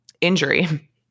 injury